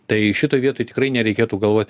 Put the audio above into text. tai šitoj vietoj tikrai nereikėtų galvot